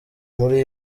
muri